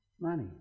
Money